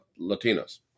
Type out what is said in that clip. Latinos